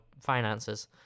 finances